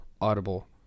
Audible